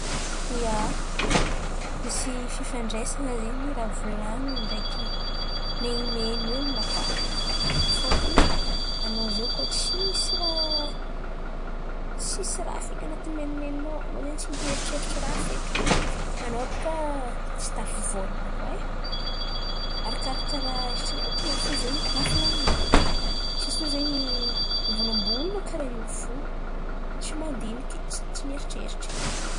Ia, misy fifandraisan̈a zen̈y ràha volan̈iny ndraiky menimenin̈y io aminakà. Fôtony anao izy iô kôa tsisy ràha tsisy ràha fekiny an̈atiny menimeninao, anao zen̈y tsy mieritreritry ràha fekiny, anao bôkà tsy tafivolan̈a koà e. Arakaraka ràha eritreretinao fo ràha volan̈inao. Tsisy olo zen̈y mivolambolan̈a kàra in̈y fo, tsy mandiniky tsy mieritreritry.